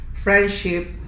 friendship